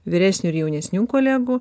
vyresnių ir jaunesnių kolegų